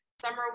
summer